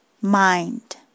mind